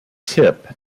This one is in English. tip